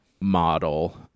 model